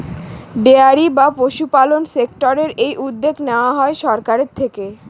dairy বা পশুপালন সেক্টরের এই উদ্যোগ নেওয়া হয় সরকারের থেকে